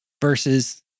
versus